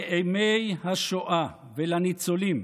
לאימי השואה ולניצולים,